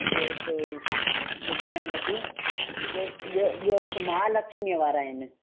ॿियो हिक ॿुधायांव थी ॿियो ॿियो हिक महालक्ष्मीअ वारा आहिनि